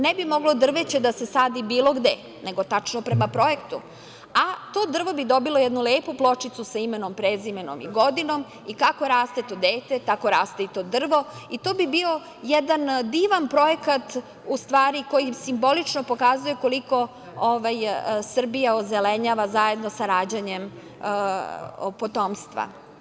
Ne bi moglo drveće da se sadi bilo gde, nego tačno prema projektu, a to drvo bi dobilo jednu lepu pločicu sa imenom, prezimenom i godinom i kako raste to dete, tako raste i to drvo i to bi bio jedan divan projekat kojim simbolično se pokazuje koliko Srbija ozelenjava zajedno sa rađanjem potomstva.